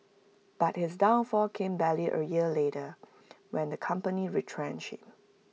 but his downfall came barely A year later when the company retrenched him